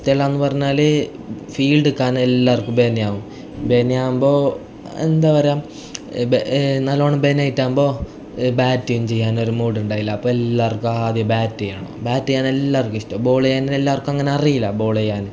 ഇഷ്ടമല്ല എന്ന് പറഞ്ഞാൽ ഫീൽഡ് നിൽക്കാൻ എല്ലാവർക്കും ബെനയാവും ബെനയാവുമ്പോ എന്താണ് പറയുക നല്ലവണ്ണം ബെനയായിട്ടാവുമ്പോൾ ബാറ്റിങ്ങ് ചെയ്യാനൊരു മൂടുണ്ടായില്ല അപ്പോൾ എല്ലാവർക്കും ആദ്യം ബാറ്റ് ചെയ്യണം ബാറ്റ് ചെയ്യാൻ എല്ലാവർക്കും ഇഷ്ടമാണ് ബോൾ ചെയ്യാൻ എല്ലാവർക്കും അങ്ങനെ അറിയില്ല ബോൾ ചെയ്യാൻ